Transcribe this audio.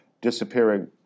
disappearing